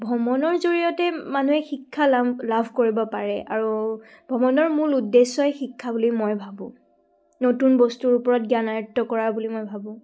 ভ্ৰমণৰ জৰিয়তে মানুহে শিক্ষা লাম লাভ কৰিব পাৰে আৰু ভ্ৰমণৰ মূল উদ্দেশ্যই শিক্ষা বুলি মই ভাবোঁ নতুন বস্তুৰ ওপৰত জ্ঞান আয়ত্ব কৰা বুলি মই ভাবোঁ